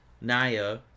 naya